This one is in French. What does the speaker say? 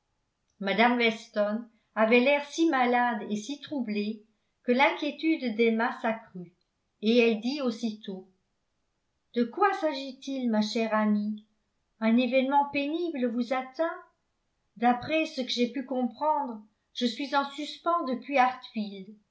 mme weston avait l'air si malade et si troublée que l'inquiétude d'emma s'accrut et elle dit aussitôt de quoi s'agit-il ma chère amie un événement pénible vous atteint d'après ce que j'ai pu comprendre je suis en suspens depuis